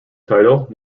title